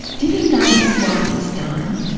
did he know his wife was dying?